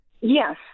Yes